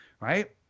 Right